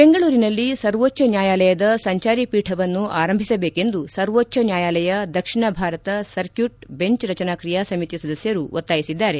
ಬೆಂಗಳೂರಿನಲ್ಲಿ ಸರ್ವೋಚ್ಚ ನ್ಯಾಯಾಲಯದ ಸಂಚಾರಿ ಪೀಠವನ್ನು ಆರಂಭಿಸಬೇಕೆಂದು ಸರ್ವೋಚ್ಚ ನ್ಯಾಯಾಲಯ ದಕ್ಷಿಣ ಭಾರತ ಸರ್ಕ್ಕೂಟ್ ಬೆಂಚ್ ರಚನಾ ಕ್ರಿಯಾ ಸಮಿತಿ ಸದಸ್ಕರು ಒತ್ತಾಯಿಸಿದ್ದಾರೆ